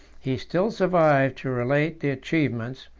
he still survived to relate the achievements,